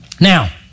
Now